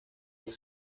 bwe